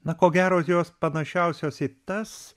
na ko gero jos panašiausios į tas